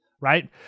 Right